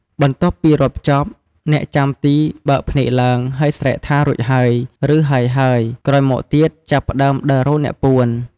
បន្ទាប់់ពីរាប់ចប់ អ្នកចាំទីបើកភ្នែកឡើង ហើយស្រែកថា "រួចហើយ" ឬ "ហើយៗ" ក្រោយមកទៀត ចាប់ផ្ដើមដើររកអ្នកពួន។